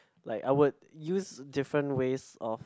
like I would use different ways of